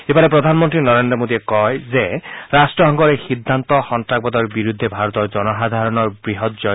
ইফালে প্ৰধানমন্ত্ৰী নৰেন্দ্ৰ মোডীয়ে কয় যে ৰাট্টসংঘৰ এই সিদ্ধান্ত সন্ত্ৰাসবাদৰ বিৰুদ্ধে ভাৰতৰ জনসাধাৰণৰ বৃহৎ জয়